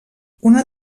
una